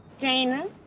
dana,